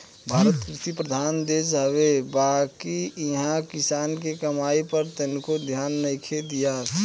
भारत कृषि प्रधान देश हवे बाकिर इहा किसान के कमाई पर तनको ध्यान नइखे दियात